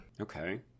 Okay